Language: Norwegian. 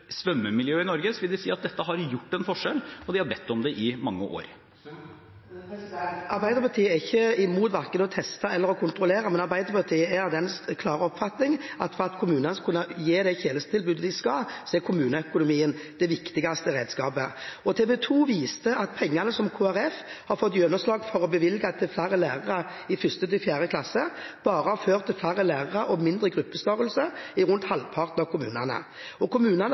svømmemiljøet i Norge, vil de si at dette har gjort en forskjell, og de har bedt om det i mange år. Arbeiderpartiet er ikke mot verken å teste eller å kontrollere, men Arbeiderpartiet er av den klare oppfatning at for at kommunene skal kunne gi det tjenestetilbudet de skal, er kommuneøkonomien det viktigste redskapet. TV 2 har vist at pengene som Kristelig Folkeparti har fått gjennomslag for å bevilge til flere lærere i 1.–4. klasse, bare har ført til flere lærere og mindre gruppestørrelse i rundt halvparten av kommunene. Kommunene rapporterer allerede detaljert på lærertetthet og